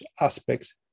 aspects